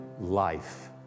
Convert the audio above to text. life